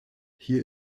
hier